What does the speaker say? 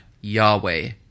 Yahweh